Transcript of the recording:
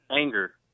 anger